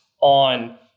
on